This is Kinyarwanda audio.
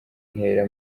ntera